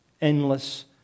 endless